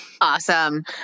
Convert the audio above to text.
Awesome